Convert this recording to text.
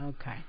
okay